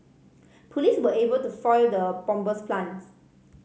police were able to foil the bomber's plans